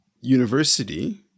university